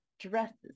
dresses